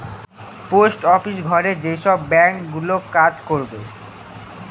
post office ঘরে যেসব bank গুলো কাজ করবে